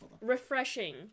refreshing